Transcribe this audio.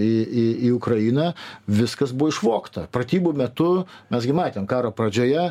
į į į ukrainą viskas buvo išvogta pratybų metu mes gi matėm karo pradžioje